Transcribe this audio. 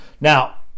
Now